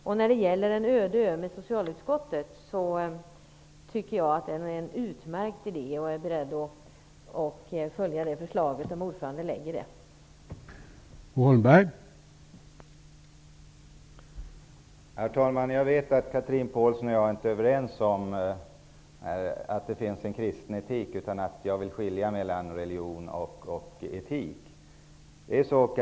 Att resa till en öde ö med socialutskottet tycker jag är en utmärkt idé och är beredd att följa det förslaget om ordföranden lägger fram det.